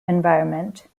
environment